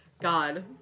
God